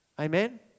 Amen